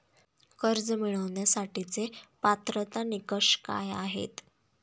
कर्ज मिळवण्यासाठीचे पात्रता निकष काय आहेत?